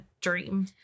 dream